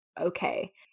okay